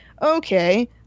okay